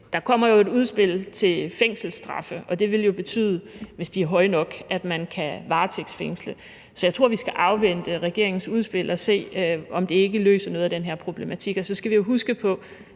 der kommer jo et udspil til fængselsstraffe, og det vil jo, hvis de er høje nok, betyde, at man kan varetægtsfængsle. Så jeg tror, vi skal afvente regeringens udspil og se, om det ikke løser noget af den her problematik. Og så skal vi jo huske på,